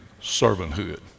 servanthood